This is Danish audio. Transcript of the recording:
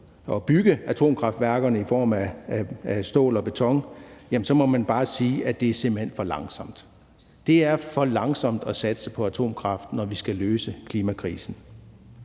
at bygge atomkraftværkerne i form af stål og beton. Jamen så må man bare sige, at det simpelt hen går for langsomt. Det er for langsomt i forhold til at satse på atomkraft, når vi skal løse klimakrisen.